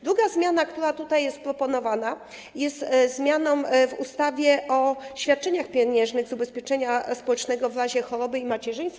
Druga zmiana, która tutaj jest proponowana, jest zmianą w ustawie o świadczeniach pieniężnych z ubezpieczenia społecznego w razie choroby i macierzyństwa.